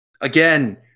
Again